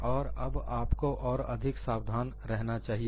और अब आप को और अधिक सावधान रहना है